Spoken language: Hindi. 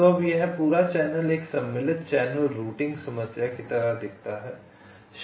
तो अब यह पूरा चैनल एक सम्मिलित चैनल रूटिंग समस्या की तरह दिखता है